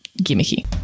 gimmicky